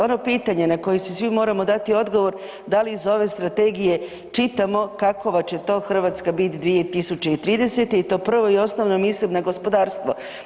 Ono pitanje na koje si svi moramo dati odgovor da li iz ove strategije čitamo kakova će to Hrvatska bit 2030. i to prvo i osnovno mislim na gospodarstvo.